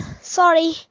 Sorry